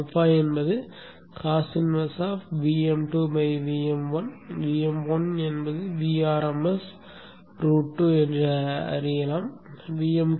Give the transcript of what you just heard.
α என்பது cos 1 Vm2Vm1 Vm1 என்பது Vrms √2 என்று அறியப்படுகிறது